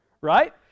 right